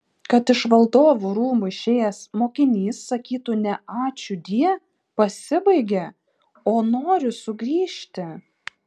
kad iš valdovų rūmų išėjęs mokinys sakytų ne ačiūdie pasibaigė o noriu sugrįžti